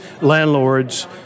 landlords